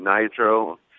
Nitro